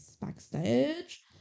backstage